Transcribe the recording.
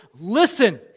listen